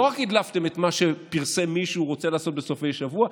לא הדלפתם רק את מה שפרסם מישהו שרוצה לעשות בסופי שבוע,